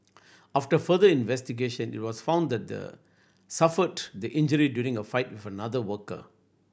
after further investigation it was found that suffered the injury during a fight with another worker